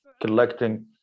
collecting